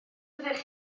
fyddech